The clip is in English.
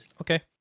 Okay